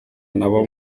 nabo